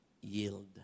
yield